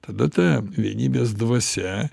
tada ta vienybės dvasia